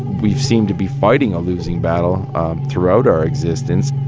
we've seemed to be fighting a losing battle throughout our existence.